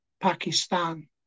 Pakistan